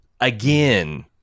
again